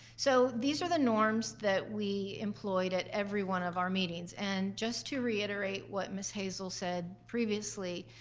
so these were the norms that we employed at every one of our meetings. and just to reiterate what miss hazel said previously,